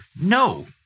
No